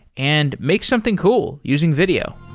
and make something cool using video